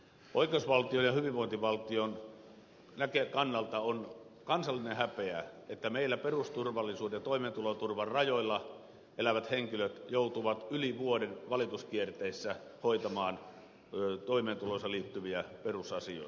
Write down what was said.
oikeusvaltion ja hyvinvointivaltion kannalta on kansallinen häpeä että meillä perusturvallisuuden ja toimeentuloturvan toteutumisen rajoilla elävät henkilöt joutuvat yli vuoden valituskierteessä hoitamaan toimeentuloonsa liittyviä perusasioita